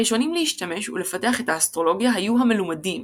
הראשונים להשתמש ולפתח את האסטרולוגיה היו המלומדים,